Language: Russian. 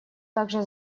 также